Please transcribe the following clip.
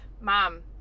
Mom